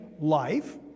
life